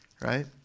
right